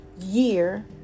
year